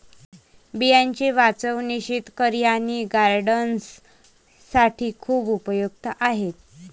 बियांचे वाचवणे शेतकरी आणि गार्डनर्स साठी खूप उपयुक्त आहे